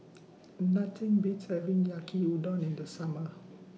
Nothing Beats having Yaki Udon in The Summer